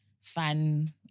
fun